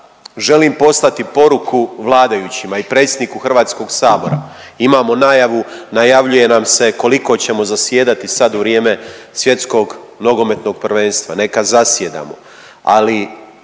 želim poslati poruku vladajućima i predsjedniku HS. Imamo najavu, najavljuje nam se koliko ćemo zasjedati sad u vrijeme Svjetskog nogometnog prvenstva, neka zasjedamo,